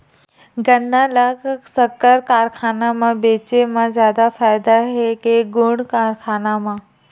गन्ना ल शक्कर कारखाना म बेचे म जादा फ़ायदा हे के गुण कारखाना म?